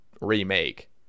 remake